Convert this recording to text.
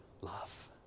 love